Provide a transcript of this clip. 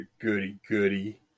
Goody-goody